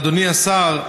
אדוני השר,